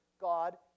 God